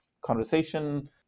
conversation